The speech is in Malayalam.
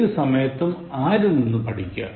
ഏതു സമയത്തും ആരിൽ നിന്നും പഠിക്കുക